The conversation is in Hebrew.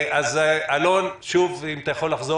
אז אלון, שוב, אם אתה יכול לחזור,